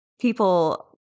people